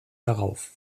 darauf